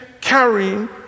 carrying